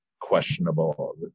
Questionable